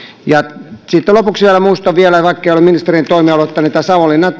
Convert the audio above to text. sitten lopuksi vielä muistutan vaikkei tämä ole ole ministerin toimialuetta tästä savonlinnan